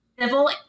civil